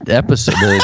episode